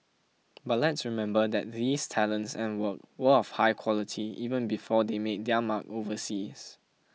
but let's remember that these talents and work were of high quality even before they made their mark overseas